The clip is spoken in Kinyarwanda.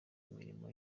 imirimo